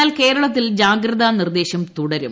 എന്നാൽ കേരളത്തിൽ ജാഗ്രതാ നിർദ്ദേശം തുടരും